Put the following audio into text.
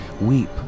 weep